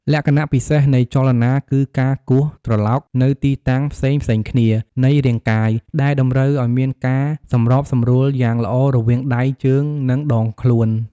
លក្ខណៈពិសេសនៃចលនាគឺការគោះត្រឡោកនៅទីតាំងផ្សេងៗគ្នានៃរាងកាយ ដែលតម្រូវឱ្យមានការសម្របសម្រួលយ៉ាងល្អរវាងដៃ ជើង និងដងខ្លួន។